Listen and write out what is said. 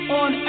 on